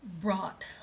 brought